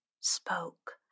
spoke